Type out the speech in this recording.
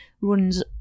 runs